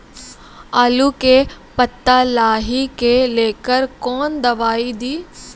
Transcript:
आलू के पत्ता लाही के लेकर कौन दवाई दी?